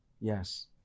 Yes